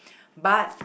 but